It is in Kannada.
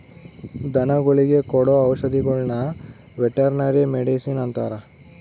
ಧನಗುಳಿಗೆ ಕೊಡೊ ಔಷದಿಗುಳ್ನ ವೆರ್ಟನರಿ ಮಡಿಷನ್ ಅಂತಾರ